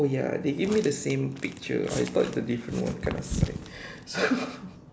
oh ya they give me the same picture I thought it's a different one kanasai so